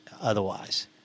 otherwise